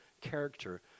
character